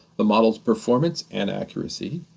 the model's performance and accuracy.